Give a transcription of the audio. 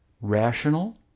rational